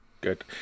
Good